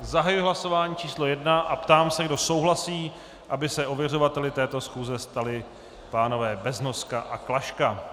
Zahajuji hlasování číslo 1 a ptám se, kdo souhlasí, aby se ověřovateli této schůze stali pánové Beznoska a Klaška.